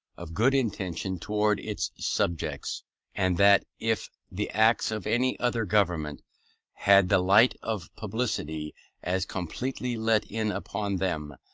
of good intention towards its subjects and that if the acts of any other government had the light of publicity as completely let in upon them,